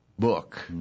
book